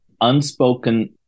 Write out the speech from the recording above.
unspoken